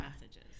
messages